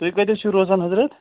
تُہۍ کَتہِ حظ چھُو روزان حضرت